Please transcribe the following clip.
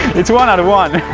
it's one out of one!